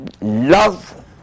love